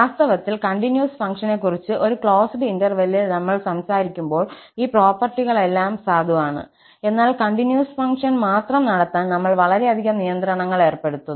വാസ്തവത്തിൽ കണ്ടിന്യൂസ് ഫംഗ്ഷനെക്കുറിച്ച് ഒരു ക്ലോസ്ഡ് ഇന്റർവെല്ലിൽ നമ്മൾ സംസാരിക്കുമ്പോൾ ഈ പ്രോപ്പർട്ടികളെല്ലാം സാധുവാണ് എന്നാൽ കണ്ടിന്യൂസ് ഫംഗ്ഷൻ മാത്രം നടത്താൻ നമ്മൾ വളരെയധികം നിയന്ത്രണങ്ങൾ ഏർപ്പെടുത്തുന്നു